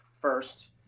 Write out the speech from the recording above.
first